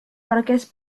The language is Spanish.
parques